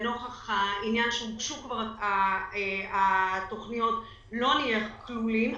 לנוכח העניין שכבר הוגשו התוכניות לא נהיה כלולים,